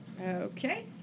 Okay